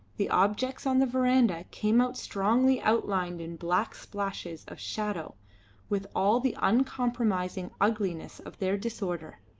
the objects on the verandah came out strongly outlined in black splashes of shadow with all the uncompromising ugliness of their disorder,